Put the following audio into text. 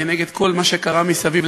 כנגד כל מה שקרה מסביב,